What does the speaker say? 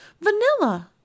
Vanilla